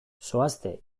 zoazte